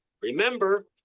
remember